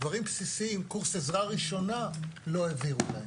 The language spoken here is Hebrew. דברים בסיסיים, קורס עזרה ראשונה לא העבירו להן.